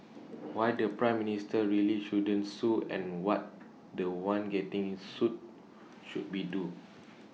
why the Prime Minister really shouldn't sue and what The One getting sued should be do